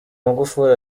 magufuli